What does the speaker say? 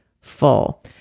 full